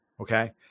okay